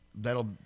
that'll